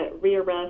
rearrest